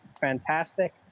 fantastic